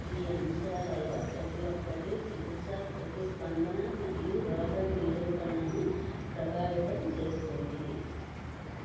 ఈ అంశాలలో ప్రతి ఒక్కటి చికిత్స ప్రతిస్పందన మరియు రోగ నిరూపణను ప్రభావితం చేస్తుంది